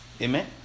Amen